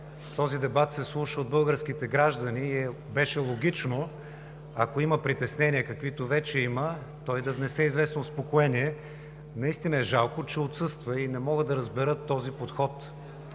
Този дебат се слуша от българските граждани и беше логично, ако има притеснения, каквито вече има, той да внесе известно успокоение. Наистина е жалко, че отсъства и не мога да разбера този подход.